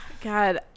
god